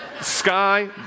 Sky